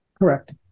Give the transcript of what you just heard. Correct